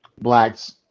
Blacks